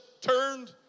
turned